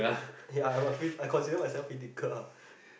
ya I'm a free I consider myself freethinker ah